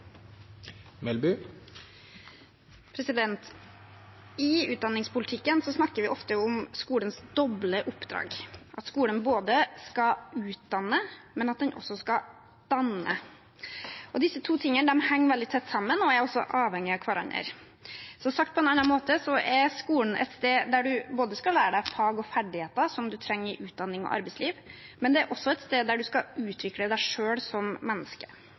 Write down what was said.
også skal danne. Disse to tingene henger veldig tett sammen og er også avhengige av hverandre. Sagt på en annen måte er skolen et sted der man skal lære seg fag og ferdigheter som man trenger i utdanning og arbeidsliv, men det er også et sted der man skal utvikle seg selv som menneske.